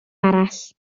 arall